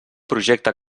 projecte